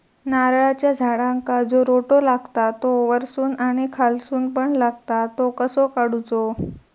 नारळाच्या झाडांका जो रोटो लागता तो वर्सून आणि खालसून पण लागता तो कसो काडूचो?